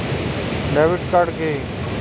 Debit card কি?